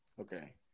Okay